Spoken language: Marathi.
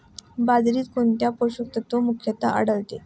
बाजरीत कोणते पोषक तत्व मुख्यत्वे आढळते?